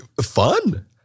fun